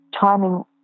timing